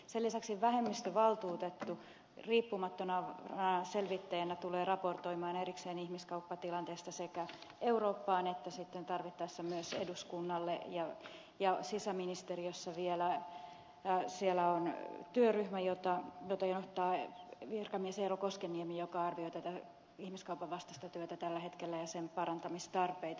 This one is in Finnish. sen lisäksi vähemmistövaltuutettu riippumattomana selvittäjänä tulee raportoimaan erikseen ihmiskauppatilanteesta sekä eurooppaan että sitten tarvittaessa myös eduskunnalle ja sisäministeriössä vielä on työryhmä jota johtaa virkamies eero koskenniemi joka arvioi tätä ihmiskaupan vastaista työtä tällä hetkellä ja sen parantamistarpeita